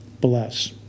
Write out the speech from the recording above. bless